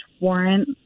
warrant